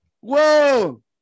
Whoa